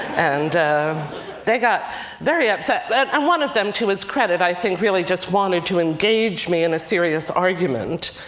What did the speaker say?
and they got very upset. but and one of them, to his credit, i think really just wanted to engage me in a serious argument.